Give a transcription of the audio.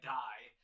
die